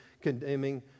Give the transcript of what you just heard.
condemning